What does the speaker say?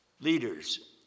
Leaders